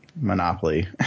Monopoly